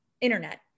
internet